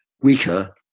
weaker